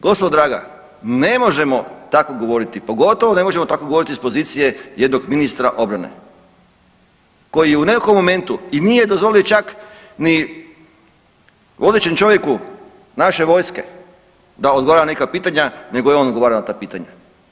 Gospodo draga, ne možemo tako govoriti, pogotovo ne možemo tako govoriti iz pozicije jednog ministra obrane koji je u nekakvom momentu i nije dozvolio čak ni vodećem čovjeku naše vojske da odgovara na neka pitanja, nego je on odgovarao na ta pitanja.